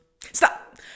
Stop